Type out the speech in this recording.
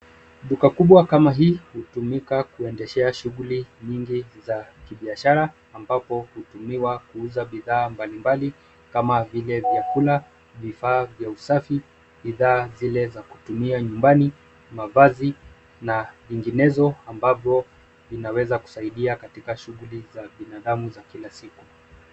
Duka kubwa kama hii hutumika kuendeshea shughuli nyingi za kibiashara ambapo hutumiwa kuuza bidhaa mbalimbali kama vile vyakula, vifaa vya usafi, bidhaa zile za kutumia nyumbani, mavazi na zingenezo ambazo vinaweza kusaidia katika shughuli za binadamu za kila siku.